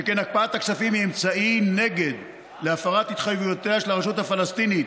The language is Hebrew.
שכן הקפאת הכספים היא אמצעי נגד להפרת התחייבויותיה של הרשות הפלסטינית